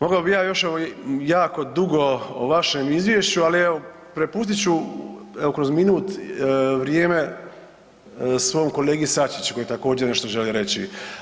Mogao bi ja ovaj još jako dugo o vašem izvješću, ali evo prepustit ću evo kroz minut vrijeme svom kolegi Sačiću koji također nešto želi reći.